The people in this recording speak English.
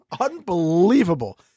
Unbelievable